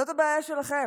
זאת הבעיה שלכם,